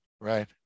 Right